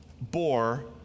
bore